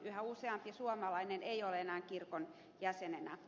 yhä useampi suomalainen ei ole enää kirkon jäsen